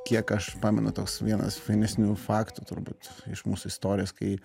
kiek aš pamenu toks vienas fainesnių faktų turbūt iš mūsų istorijos kai